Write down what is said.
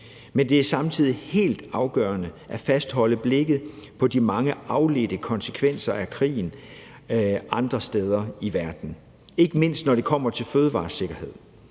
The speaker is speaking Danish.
Men det er samtidig helt afgørende at fastholde blikket på de mange afledte konsekvenser af krigen andre steder i verden, ikke mindst når det kommer til fødevaresikkerhed.